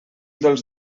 dels